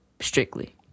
strictly